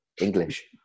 English